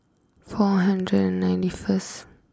four hundred and ninety first